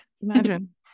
Imagine